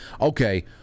okay